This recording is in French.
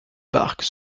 barque